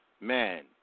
Man